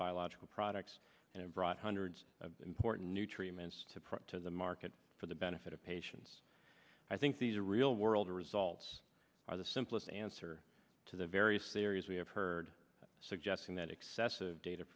biological products and have brought hundreds of important new treatments to print to the market for the benefit of patients i think these are real world results are the simplest answer to the various theories we have heard suggesting that excessive data